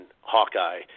Hawkeye